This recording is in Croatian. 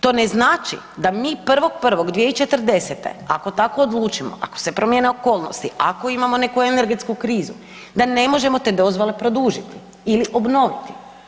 To ne znači da mi 1.1.2040. ako tako odlučimo, ako se promijene okolnosti, ako imamo neku energetsku krizu, da ne možemo te dozvole produžiti ili obnoviti.